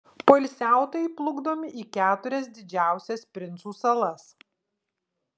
poilsiautojai plukdomi į keturias didžiausias princų salas